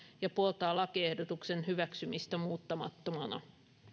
ja puoltaa lakiehdotuksen hyväksymistä muuttamattomana